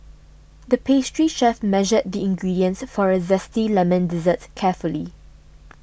the pastry chef measured the ingredients for a Zesty Lemon Dessert carefully